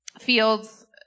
fields